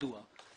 מדוע?